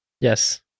Yes